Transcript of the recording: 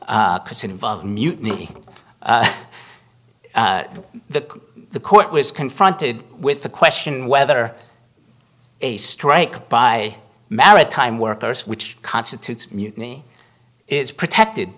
because it involved mutiny the court was confronted with the question whether a strike by maritime workers which constitutes mutiny is protected